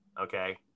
okay